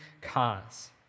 cause